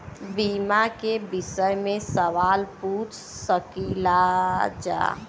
बीमा के विषय मे सवाल पूछ सकीलाजा?